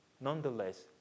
nonetheless